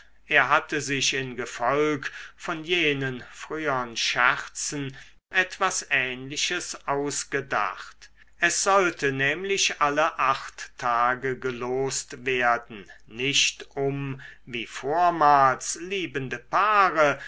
er hatte sich in gefolg von jenen frühern scherzen etwas ähnliches ausgedacht es sollte nämlich alle acht tage gelost werden nicht um wie vormals liebende paare